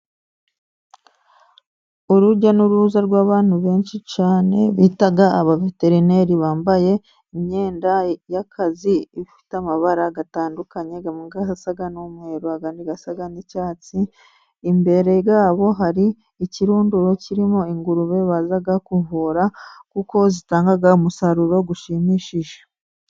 Urujya n'uruza rw'abantu benshi cyane bita abaveterineri. Bambaye imyenda y'akazi ifite amabara atandukanye amwe asa n'umweru, andi asa n'icyatsi. Imbere yabo hari ikirunduro kirimo ingurube baza kuvura, kuko zitanga umusaruro ushimishije.